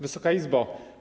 Wysoka Izbo!